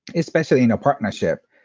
especially in a partnership.